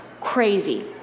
crazy